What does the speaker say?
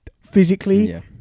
physically